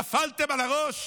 נפלתם על הראש?